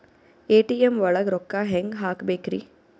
ATM ಒಳಗ್ ರೊಕ್ಕ ಹೆಂಗ್ ಹ್ಹಾಕ್ಬೇಕ್ರಿ?